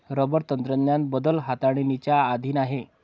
rubber तंत्रज्ञान बदल हाताळणीच्या अधीन आहे